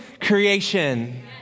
creation